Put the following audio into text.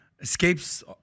Escapes